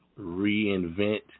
reinvent